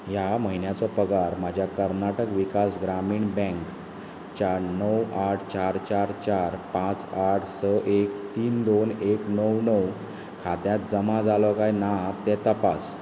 ह्या म्हयन्याचो पगार म्हज्या कर्नाटक विकास ग्रामीण बँकच्या णव आठ चार चार चार पांच आठ स एक तीन दोन एक णव णव खात्यात जमा जालो काय ना ते तपास